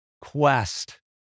quest